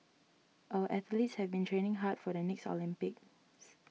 our athletes have been training hard for the next Olympics